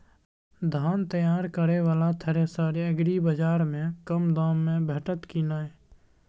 धान तैयार करय वाला थ्रेसर एग्रीबाजार में कम दाम में भेटत की नय?